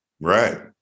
right